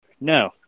No